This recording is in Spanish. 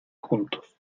juntos